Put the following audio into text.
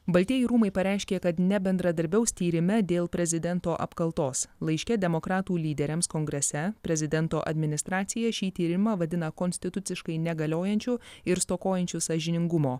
baltieji rūmai pareiškė kad nebendradarbiaus tyrime dėl prezidento apkaltos laiške demokratų lyderiams kongrese prezidento administracija šį tyrimą vadina konstituciškai negaliojančiu ir stokojančiu sąžiningumo